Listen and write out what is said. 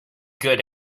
good